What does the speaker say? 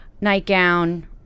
nightgown